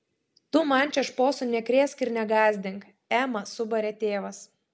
tu man čia šposų nekrėsk ir negąsdink emą subarė tėvas